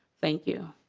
thank you.